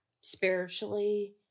spiritually